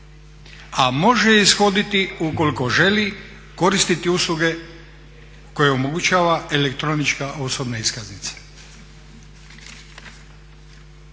a može je ishoditi ukoliko želi koristiti usluge koje omogućava elektronička osobna iskaznica.